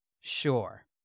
Sure